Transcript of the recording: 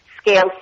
scale